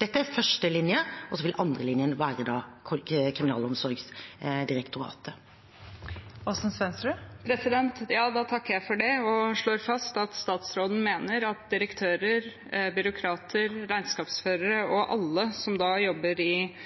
Dette er førstelinje, og så vil andrelinjen være Kriminalomsorgsdirektoratet. Da takker jeg for det og slår fast at statsråden mener at direktører, byråkrater, regnskapsførere og alle som jobber i